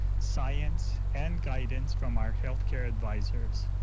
science, and guidance from our health care advisors.